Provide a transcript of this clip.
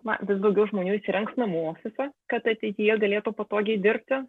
na vis daugiau žmonių įrengs namų ofisą kad ateityje galėtų patogiai dirbti